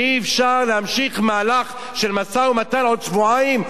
אי-אפשר להמשיך מהלך של משא-ומתן עוד שבועיים?